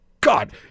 God